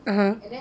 (uh huh)